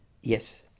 Yes